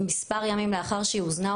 מספר ימים לאחר שהיא הוזנה,